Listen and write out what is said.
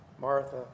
Martha